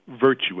virtue